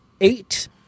Eight